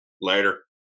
Later